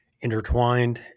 intertwined